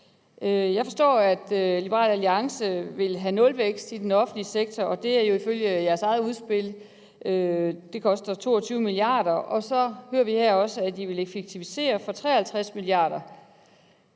Jeg forstår, at Liberal Alliance vil have nulvækst i den offentlige sektor, og det er jo ifølge deres eget udspil. Det koster 22 mia. kr., og så hører vi her, at de også vil effektivisere for 53 mia. kr.